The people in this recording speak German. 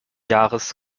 jahres